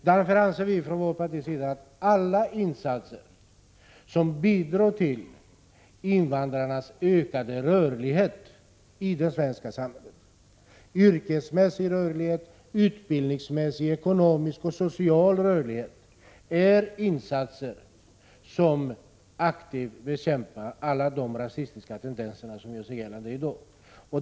Därför anser vi från vårt partis sida att alla insatser som bidrar till invandrarnas ökade rörlighet i det svenska samhället, dvs. yrkesmässig, utbildningsmässig, ekonomisk och social rörlighet, är insatser som aktivt bekämpar alla de rasistiska tendenser som har gjort sig gällande i dag.